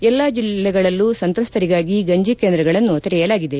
ಎಲ್ಲಾ ಜಿಲ್ಲೆಗಳಲ್ಲೂ ಸಂತ್ರಸ್ತರಿಗಾಗಿ ಗಂಜಿಕೇಂದ್ರಗಳನ್ನು ತೆರೆಯಲಾಗಿದೆ